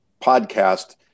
podcast